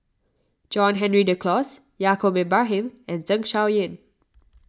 John Henry Duclos Yaacob Ibrahim and Zeng Shouyin